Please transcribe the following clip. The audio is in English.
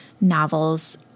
novels